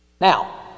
Now